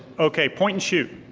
okay, point and shoot.